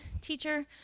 Teacher